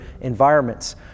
environments